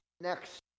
next